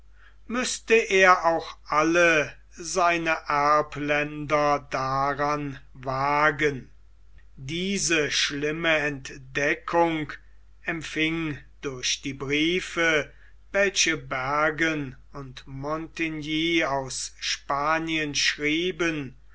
müßte er auch alle seine erbländer daran wagen diese schlimme entdeckung empfing durch die briefe welche bergen und montigny aus spanien schrieben